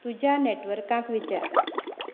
तुज्या नॅटवर्काक विचार